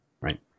Right